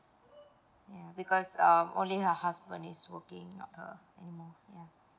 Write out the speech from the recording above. mm because um only her husband is working